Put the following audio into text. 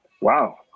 Wow